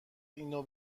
اینو